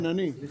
אני.